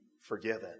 forgiven